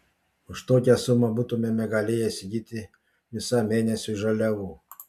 už tokią sumą būtumėme galėję įsigyti visam mėnesiui žaliavų